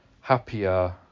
happier